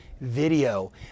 Video